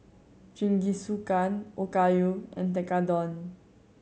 Jingisukan Okayu and Tekkadon